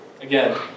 Again